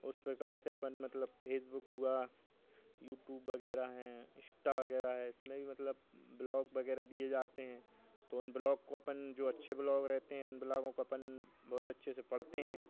उस प्रकार से अपन मतलब फ़ेसबुक हुआ यूटूब वग़ैरह हैं इंष्टा वग़ैरह हैं इसमें भी मतलब ब्लॉग वग़ैरह दिए जाते हैं तो उन ब्लॉग को अपन जो अच्छे ब्लॉग रहते हैं उन ब्लॉगों को अपन बहुत अच्छे से पढ़ते हैं